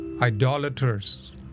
idolaters